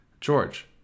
George